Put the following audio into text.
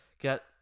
get